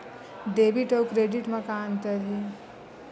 Debit अउ credit म का अंतर हे?